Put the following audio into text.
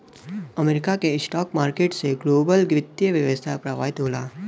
America के stock market से global वित्तीय व्यवस्था प्रभावित होला